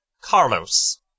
Carlos